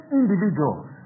individuals